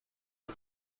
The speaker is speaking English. for